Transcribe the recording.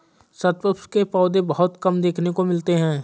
शतपुष्प के पौधे बहुत कम देखने को मिलते हैं